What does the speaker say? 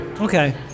Okay